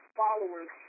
followers